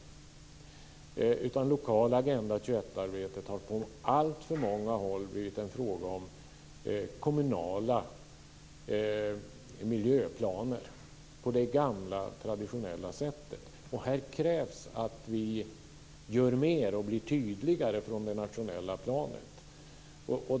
Det lokala Agenda 21-arbetet har på alltför många håll blivit en fråga om kommunala miljöplaner på det gamla traditionella sättet. Här krävs att vi gör mer och blir tydligare från det nationella planet.